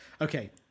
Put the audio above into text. okay